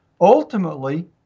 Ultimately